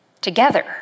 together